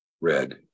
Red